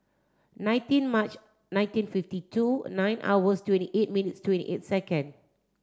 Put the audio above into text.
nineteen March nineteen fifty two nine hours twenty eight minutes twenty eight second